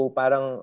parang